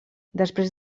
després